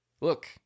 Look